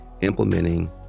implementing